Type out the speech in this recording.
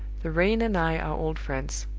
the rain and i are old friends.